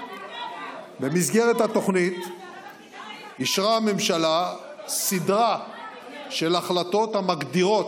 במסגרת התוכנית אישרה הממשלה סדרה של החלטות המגדירות